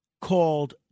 called